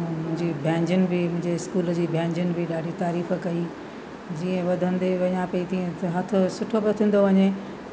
मुंहिंजी बैंजियुन बि मुंहिंजे स्कूल जी बैंजियुन बि ॾाढियूं तारीफ़ु कई जीअं वधंदे विया पई तीअं हथ सुठो थो थींदो वञे